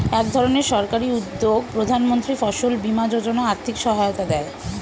একধরনের সরকারি উদ্যোগ প্রধানমন্ত্রী ফসল বীমা যোজনা আর্থিক সহায়তা দেয়